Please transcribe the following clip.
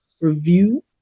review